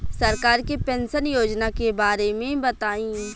सरकार के पेंशन योजना के बारे में बताईं?